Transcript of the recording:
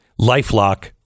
LifeLock